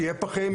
שיהיו פחי מחזור.